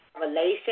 revelation